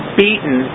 beaten